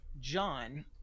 John